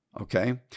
Okay